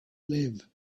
live